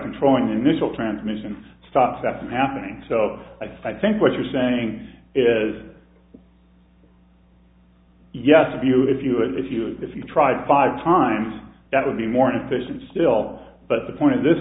controlling the initial transmission stop that from happening so i think what you're saying is yes of you if you if you if you tried five times that would be more efficient still but the point of this